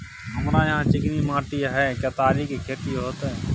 हमरा यहाँ चिकनी माटी हय केतारी के खेती होते?